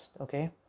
Okay